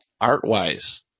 Art-wise